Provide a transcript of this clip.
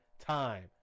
time